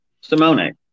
Simone